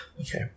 Okay